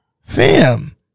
Fam